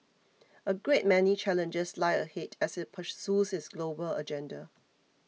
a great many challenges lie ahead as it pursues its global agenda